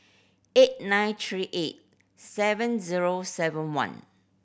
eight nine three eight seven zero seven one